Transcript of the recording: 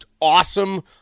awesome